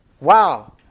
Wow